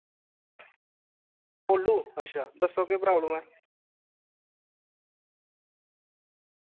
भोलु दस्सो केह् प्रॉब्लम ऐ